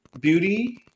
beauty